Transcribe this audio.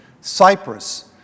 Cyprus